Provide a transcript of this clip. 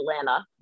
Atlanta